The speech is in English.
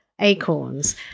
acorns